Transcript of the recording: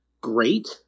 great